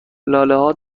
لالهها